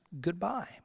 goodbye